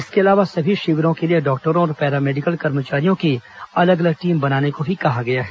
इसके अलावा सभी शिविरों के लिए डॉक्टरों और पैरामेडिकल कर्मचारियों की अलग अलग टीम बनाने को भी कहा गया है